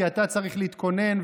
כי אתה צריך להתכונן,